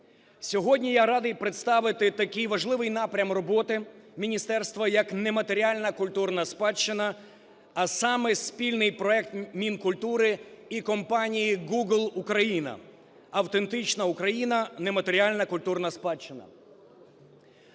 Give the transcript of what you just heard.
Сьогодні я радий представити такий важливий напрям роботи міністерства, як нематеріальна культурна спадщина, а саме спільний проект Мінкультури і компаніїGoogle Ukraine "Автентична Україна. Нематеріальна культурна спадщина".